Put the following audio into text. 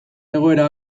egoera